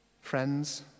friends